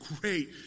great